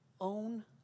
own